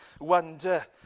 wonder